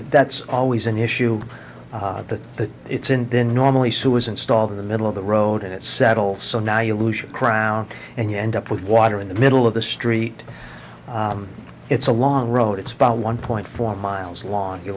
that's always an issue the thing it's in the normally sue was installed in the middle of the road and it settles so now you lose your crown and you end up with water in the middle of the street it's a long road it's about one point four miles long you're